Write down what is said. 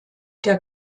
der